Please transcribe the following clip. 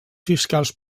fiscals